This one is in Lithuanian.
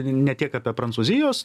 ne tiek apie prancūzijos